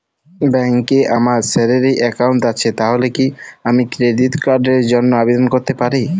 ব্যাংকে আমার salary account আছে তাহলে কি আমি ক্রেডিট কার্ড র জন্য আবেদন করতে পারি?